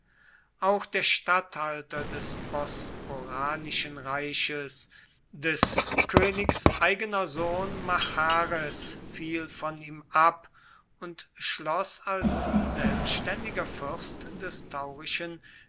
auch der statthalter des bosporanischen reiches des königs eigener sohn machares fiel von ihm ab und schloß als selbständiger fürst des taurischen